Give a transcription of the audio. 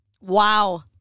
Wow